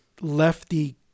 lefty